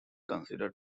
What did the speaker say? considered